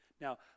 now